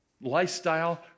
lifestyle